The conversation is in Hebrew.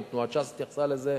גם תנועת ש"ס התייחסה לזה,